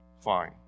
fine